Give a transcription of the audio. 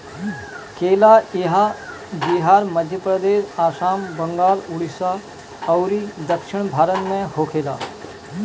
केला इहां बिहार, मध्यप्रदेश, आसाम, बंगाल, उड़ीसा अउरी दक्षिण भारत में होखेला